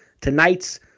Tonight's